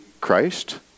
Christ